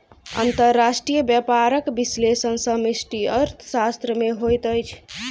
अंतर्राष्ट्रीय व्यापारक विश्लेषण समष्टि अर्थशास्त्र में होइत अछि